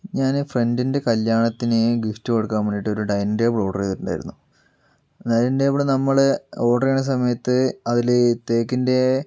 ഞാൻ ഫ്രണ്ടിന്റെ കല്യാണത്തിന് ഗിഫ്റ്റ് കൊടുക്കാന് വേണ്ടിയിട്ട് ഒരു ഡൈനിങ്ങ് ടേബിൾ ഓഡർ ചെയ്തിട്ടുണ്ടായിരുന്നു ഡൈനിങ്ങ് ടേബിൾ നമ്മൾ ഓഡർ ചെയ്യണ സമയത്ത് അതില് തേക്കിന്റെ